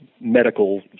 medical